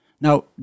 Now